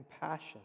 compassion